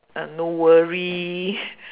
ah no worry